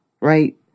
right